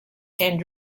and